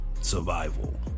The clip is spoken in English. survival